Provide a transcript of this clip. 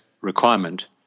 requirement